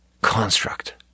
construct